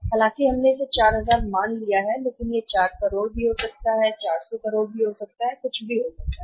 हालांकि हमने इसे 4000 मान लिया है लेकिन यह 4 करोड़ हो सकता है या 400 करोड़ कुछ भी कह सकता है